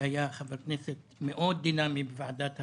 שהיה חבר כנסת דינאמי מאוד בוועדת הכספים.